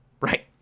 Right